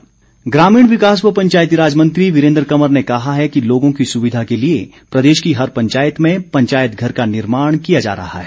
वीरेन्द्र कंवर ग्रामीण विकास व पंचायतीराज मंत्री वीरेन्द्र कंवर ने कहा है कि लोगों की सुविधा के लिए प्रदेश की हर पंचायत में पंचायत घर का निर्माण किया जा रहा है